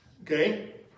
Okay